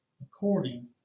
according